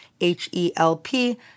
H-E-L-P